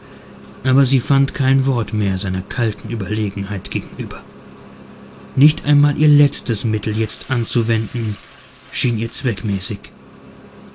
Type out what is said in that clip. aber sie fand kein wort mehr seiner kalten ueberlegenheit gegenüber nicht einmal ihr letztes mittel jetzt anzuwenden schien ihr zweckmäßig